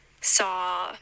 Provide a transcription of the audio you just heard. saw